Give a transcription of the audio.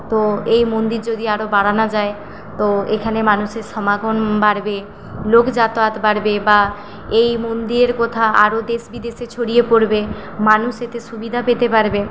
তো এই মন্দির যদি আরও বাড়ানো যায় তো এইখানে মানুষের সমাগম বাড়বে লোক যাতায়াত বাড়বে বা এই মন্দির কথা আরও দেশ বিদেশে ছড়িয়ে পড়বে মানুষ এতে সুবিধা পেতে পারবে